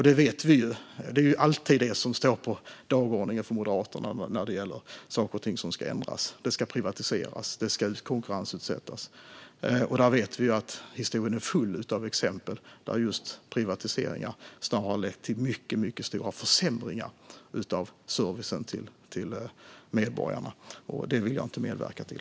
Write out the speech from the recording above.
Vi vet ju att det alltid är det som står på dagordningen för Moderaterna när det gäller saker och ting som ska ändras: Det ska privatiseras och konkurrensutsättas. Och vi vet att historien är full av exempel på hur just privatiseringar snarare har lett till mycket stora försämringar av servicen till medborgarna. Det vill jag inte medverka till.